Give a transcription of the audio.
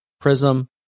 Prism